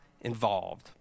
involved